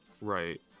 Right